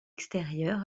extérieur